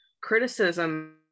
criticism